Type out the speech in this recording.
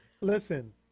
listen